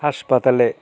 হাসপাতালে